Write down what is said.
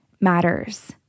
matters